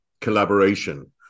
collaboration